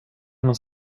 någon